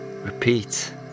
repeat